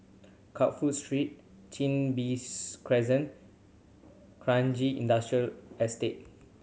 Crawford Street Chin Bees Crescent Kranji Industrial Estate